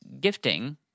gifting